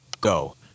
Go